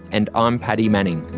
and i'm paddy manning.